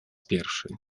pierwszy